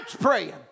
praying